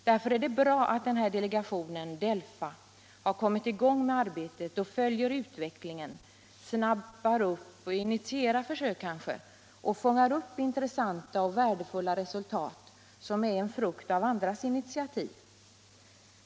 Därför är det bra att den här delegationen, DELFA, har kommit i gång med arbetet och följer utvecklingen, snappar upp saker, kanske initierar försök och fångar upp intressanta och värdefulla resultat som är en frukt av andras initiativ.